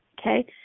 okay